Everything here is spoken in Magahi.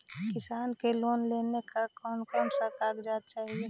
किसान के लोन लेने ला कोन कोन कागजात चाही?